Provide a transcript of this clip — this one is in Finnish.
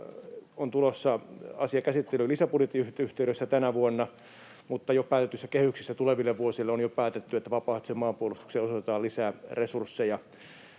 on tulossa käsittelyyn lisäbudjetin yhteydessä tänä vuonna, mutta jo päätetyissä kehyksissä tuleville vuosille on päätetty, että vapaaehtoiseen maanpuolustukseen osoitetaan lisää resursseja.